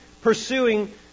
pursuing